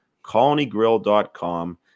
colonygrill.com